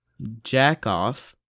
Jackoff